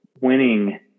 Winning